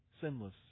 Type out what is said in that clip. sinless